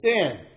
sin